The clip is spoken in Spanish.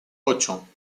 ocho